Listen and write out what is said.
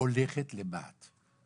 הולכת למה"ט.